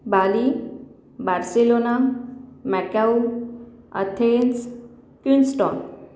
Bali Barcelona Macau Athens Kingston